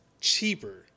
cheaper